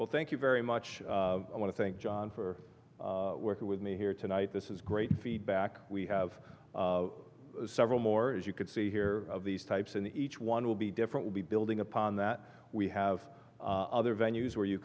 thank you very much i want to thank john for working with me here tonight this is great feedback we have several more as you could see here of these types and each one will be different will be building upon that we have other venues where you